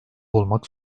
olmak